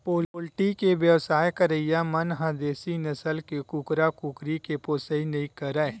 poultry के बेवसाय करइया मन ह देसी नसल के कुकरा, कुकरी के पोसइ नइ करय